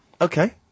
Okay